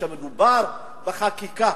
כשמדובר בחקיקה